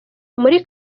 muri